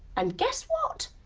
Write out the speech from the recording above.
and guess what?